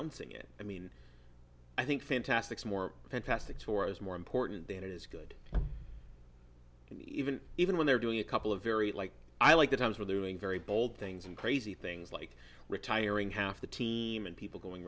trouncing it i mean i think fantastic more fantastic tour is more important than it is good and even even when they're doing a couple of very like i like the times where they're doing very bold things and crazy things like retiring half the team and people going